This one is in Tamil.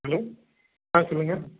ஹலோ ஆ சொல்லுங்க